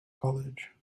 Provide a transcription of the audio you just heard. college